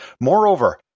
Moreover